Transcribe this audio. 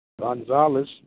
Gonzalez